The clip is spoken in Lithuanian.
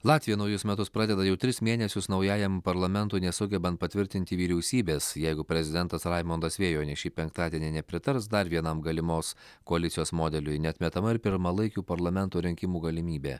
latvija naujus metus pradeda jau tris mėnesius naujajam parlamentui nesugebant patvirtinti vyriausybės jeigu prezidentas raimundas vėjuonis šį penktadienį nepritars dar vienam galimos koalicijos modeliui neatmetama ir pirmalaikių parlamento rinkimų galimybė